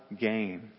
gain